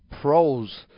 pros